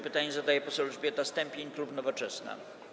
Pytanie zadaje poseł Elżbieta Stępień, klub Nowoczesna.